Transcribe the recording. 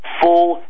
full